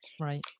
Right